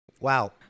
Wow